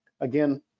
Again